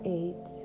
eight